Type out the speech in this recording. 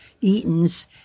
Eaton's